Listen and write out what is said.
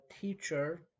teacher